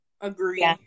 Agree